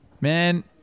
Man